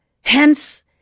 hence